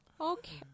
Okay